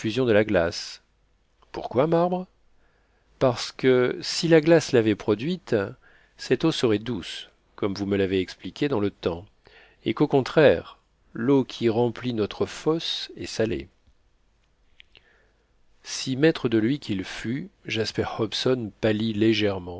de la glace pourquoi marbre parce que si la glace l'avait produite cette eau serait douce comme vous me l'avez expliqué dans le temps et qu'au contraire l'eau qui remplit notre fosse est salée si maître de lui qu'il fût jasper hobson pâlit légèrement